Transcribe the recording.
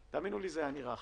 תאמינו לי שזה היה נראה אחרת.